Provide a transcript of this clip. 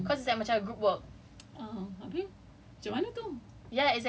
like in sem one and sem two consecutively cause it's like macam group work